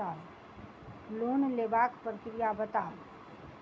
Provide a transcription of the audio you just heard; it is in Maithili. लोन लेबाक प्रक्रिया बताऊ?